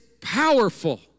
powerful